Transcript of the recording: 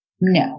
No